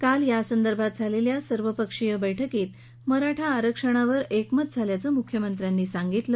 काल यासंदर्भात झालेल्या सर्व पक्षीय बैठकीत मराठा आरक्षणावर एकमत झाल्याचं मुख्यमंत्र्यांनी सांगितलं